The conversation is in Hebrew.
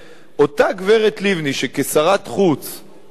אותה גברת לבני שכשרת החוץ תמכה,